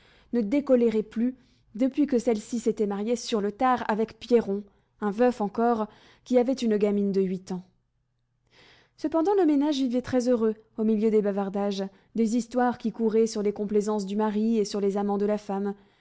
ne décolérait plus depuis que celle-ci s'était mariée sur le tard avec pierron un veuf encore qui avait une gamine de huit ans cependant le ménage vivait très heureux au milieu des bavardages des histoires qui couraient sur les complaisances du mari et sur les amants de la femme